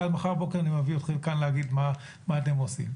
כי אז מחר בבוקר אני מביא אתכם כאן להגיד מה אתם עושים,